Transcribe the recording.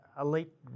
elite